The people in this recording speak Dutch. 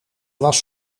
was